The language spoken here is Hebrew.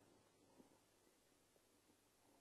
ואנחנו רוצים להרחיב את החזון